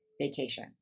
vacation